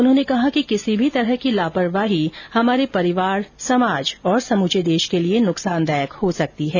उन्होंने कहा कि किसी भी प्रकार की लापरवाही हमारे परिवार समाज और समूचे देश के लिए नुकसानदायक हो सकती है